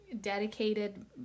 dedicated